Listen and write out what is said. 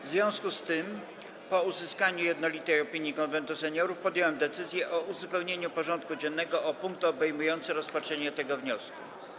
W związku z tym, po uzyskaniu jednolitej opinii Konwentu Seniorów, podjąłem decyzję o uzupełnieniu porządku dziennego o punkt obejmujący rozpatrzenie tego wniosku.